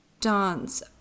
dance